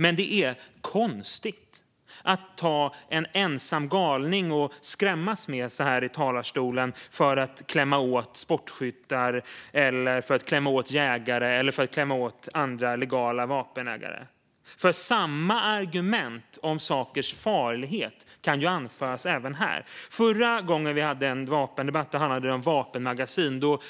Men det är konstigt att i talarstolen ta en ensam galning som exempel att skrämmas med för att klämma åt sportskyttar, jägare eller andra legala vapenägare. Samma argument om sakers farlighet kan anföras i ett annat sammanhang. Förra gången vi hade debatt om vapen handlade det om vapenmagasin. Då